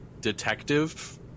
detective